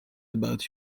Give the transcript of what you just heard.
about